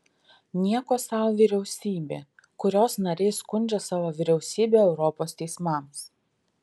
nieko sau vyriausybė kurios nariai skundžia savo vyriausybę europos teismams